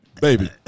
Baby